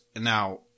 now